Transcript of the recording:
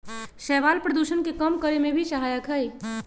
शैवाल प्रदूषण के कम करे में भी सहायक हई